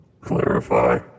Clarify